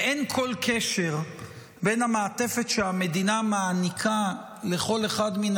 ואין כל קשר בין המעטפת שהמדינה מעניקה לכל אחד מן